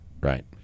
right